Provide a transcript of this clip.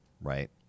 Right